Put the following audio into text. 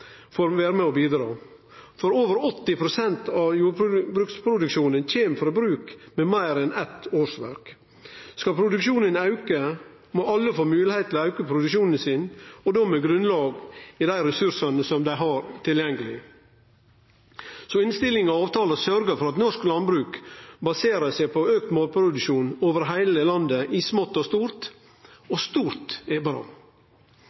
får vere med og bidra, for over 80 pst. av jordbruksproduksjonen kjem frå bruk med meir enn eitt årsverk. Skal produksjonen auke, må alle få moglegheit til å auke produksjonen sin, og då med grunnlag i dei ressursane som dei har tilgjengeleg. Så innstillinga og avtala sørgjer for at norsk landbruk baserer seg på auka matproduksjon over heile landet i smått og stort – og stort er